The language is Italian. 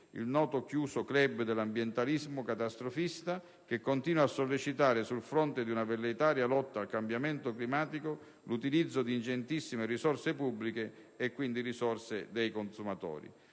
il noto chiuso *club* dell'ambientalismo catastrofista che continua a sollecitare, sul fronte di una velleitaria lotta al cambiamento climatico, l'utilizzo di ingenti risorse pubbliche e quindi dei consumatori.